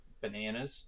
bananas